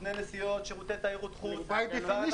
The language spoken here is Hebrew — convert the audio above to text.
סוכני נסיעות, שירותי תיירות חוץ מי שזקוק,